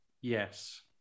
Yes